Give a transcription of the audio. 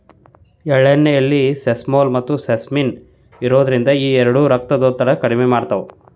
ಎಳ್ಳೆಣ್ಣೆಯಲ್ಲಿ ಸೆಸಮೋಲ್, ಮತ್ತುಸೆಸಮಿನ್ ಇರೋದ್ರಿಂದ ಈ ಎರಡು ರಕ್ತದೊತ್ತಡವನ್ನ ಕಡಿಮೆ ಮಾಡ್ತಾವ